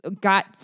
got